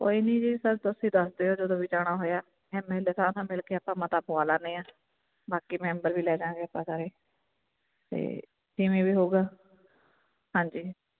ਕੋਈ ਨਹੀਂ ਜੀ ਸਰ ਤੁਸੀਂ ਦੱਸ ਦਿਓ ਜਦੋਂ ਵੀ ਜਾਣਾ ਹੋਇਆ ਐੱਮ ਐੱਲ ਏ ਸਾਹਿਬ ਨਾਲ ਮਿਲ ਕੇ ਆਪਾਂ ਮਤਾ ਪਵਾ ਲੈਦੇ ਹਾਂ ਬਾਕੀ ਮੈਂਬਰ ਵੀ ਲੈਜਾਂਗੇ ਆਪਾਂ ਸਾਰੇ ਅਤੇ ਜਿਵੇਂ ਵੀ ਹੋਵੇਗਾ ਹਾਂਜੀ